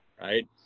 right